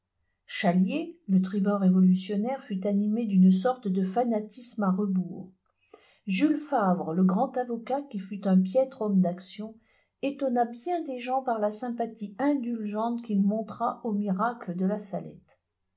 chalier le tribun révolutionnaire fut animé d'une sorte de fanatisme à rebours jules favre le grand avocat qui fut un piètre homme d'action étonna bien des gens par la sympathie indulgente qu'il montra aux miracles de la salette